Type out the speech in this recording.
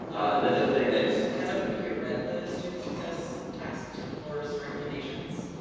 another thing that's. has everybody here read this student success taskforce recommendations?